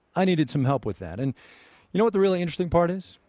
i needed some help with that. and you know what the really interesting part is?